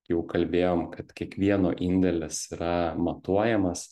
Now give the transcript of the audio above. jau kalbėjom kad kiekvieno indėlis yra matuojamas